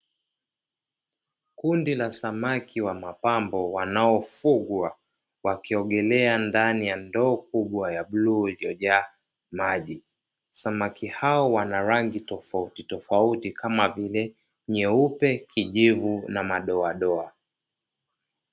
Kundi la samaki wa mapambo wanaofugwa, wakiogelea ndani ya ndoo kubwa ya bluu iliyojaa maji. Samaki hao wana rangi tofautitofauti kama vile: nyeupe, kijivu na madoadoa.